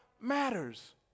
matters